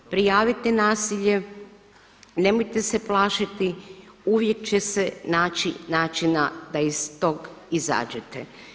Prijavite nasilje, nemojte se plašiti uvijek će se naći način da iz tog izađete.